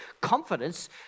confidence